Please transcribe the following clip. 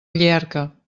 llierca